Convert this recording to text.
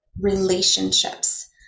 relationships